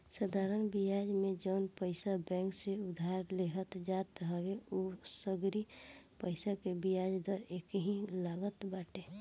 साधरण बियाज में जवन पईसा बैंक से उधार लेहल जात हवे उ सगरी पईसा के बियाज दर एकही लागत बाटे